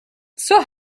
zur